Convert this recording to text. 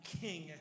king